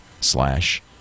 slash